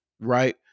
Right